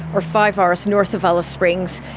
or five hours north of alice springs,